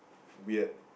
weird